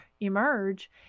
emerge